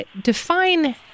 define